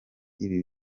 ibi